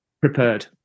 prepared